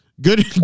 good